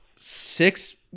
six